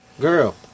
Girl